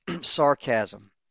sarcasm